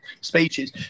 speeches